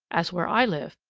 as where i live.